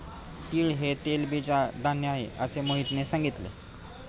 तीळ हे तेलबीज धान्य आहे, असे मोहितने सांगितले